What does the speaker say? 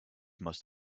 must